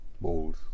Balls